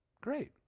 Great